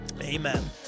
Amen